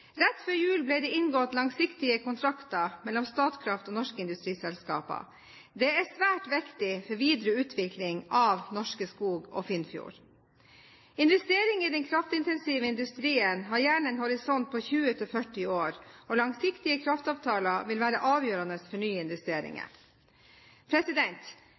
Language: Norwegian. Rett før jul ble det inngått langsiktige kontrakter mellom Statkraft og norske industriselskaper. Det er svært viktig for videre utvikling av Norske Skog og Finnfjord. Investeringer i den kraftintensive industrien har gjerne en horisont på 20–40 år, og langsiktige kraftavtaler vil være avgjørende for nye investeringer.